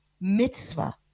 mitzvah